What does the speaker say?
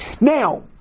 Now